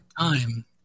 time